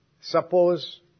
Suppose